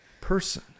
person